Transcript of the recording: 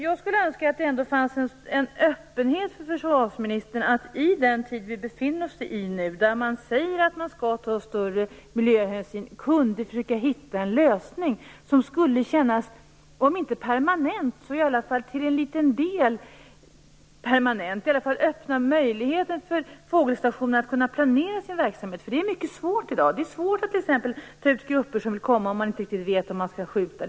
Jag skulle önska att det ändå fanns en öppenhet hos försvarsministern för att i den tid vi nu befinner oss i, då man säger att man skall ta större miljöhänsyn, försöka hitta en lösning som skulle kännas om inte helt permanent så i alla fall till en liten del permanent. Det skulle öppna möjligheten för fågelstationen att planera sin verksamhet, för det är mycket svårt i dag. Det är svårt att t.ex. ta ut grupper som vill komma om man inte riktigt vet om någon kommer att skjuta.